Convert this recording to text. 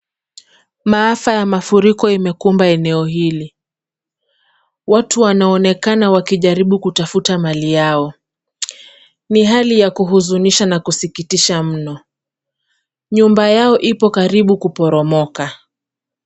Maafa ya mafuriko imekumba eneo hili. Watu wanaonekana wakijaribu kutafuta mali yao. Ni hali ya kuhuzunisha na kusikitisha mno. Nyumba yao ipo karibu kuporomoka.